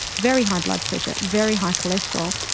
very high blood pressure, very high cholesterol,